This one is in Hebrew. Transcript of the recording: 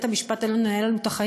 בית-המשפט העליון מנהל לנו את החיים